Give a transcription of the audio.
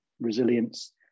resilience